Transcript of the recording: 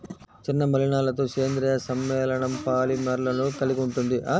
చిన్న మలినాలతోసేంద్రీయ సమ్మేళనంపాలిమర్లను కలిగి ఉంటుంది